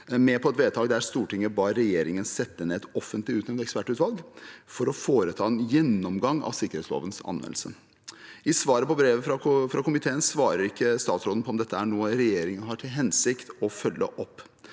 med på et vedtak der Stortinget ba regjeringen sette ned et offentlig utnevnt ekspertutvalg for å foreta en gjennomgang av sikkerhetslovens anvendelse. I svaret på brevet fra komiteen svarer ikke statsråden på om dette er noe regjeringen har til hensikt å følge opp.